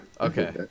Okay